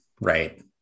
Right